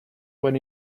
when